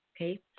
okay